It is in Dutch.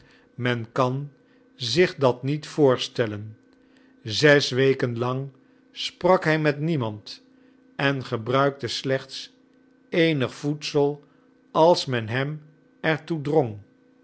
men kan zich dat niet voorstellen zes weken lang sprak hij met niemand en gebruikte slechts eenig voedsel als men hem er toe drong